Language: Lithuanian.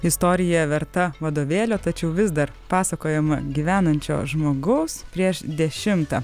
istorija verta vadovėlio tačiau vis dar pasakojama gyvenančio žmogaus prieš dešimtą